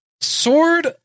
Sword